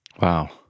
Wow